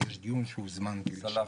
יש דיון שהוזמנתי לשם.